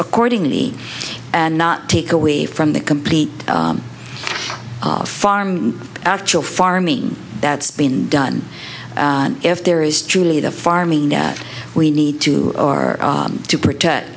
accordingly and not take away from the complete farm actual farming that's been done if there is truly the farming that we need to are to protect